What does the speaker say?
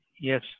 yes